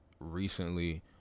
recently